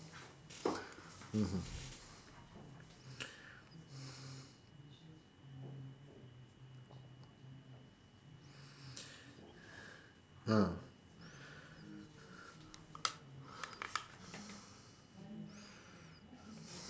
mmhmm